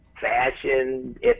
Fashion